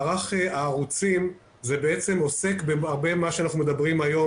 מערך הערוצים בעצם עוסק בהרבה ממה שאנחנו מדברים עליו היום,